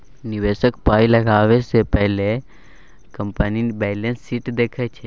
निबेशक पाइ लगाबै सँ पहिने कंपनीक बैलेंस शीट देखै छै